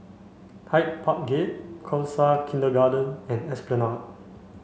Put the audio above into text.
Hyde Park Gate Khalsa Kindergarten and Esplanade